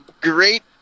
great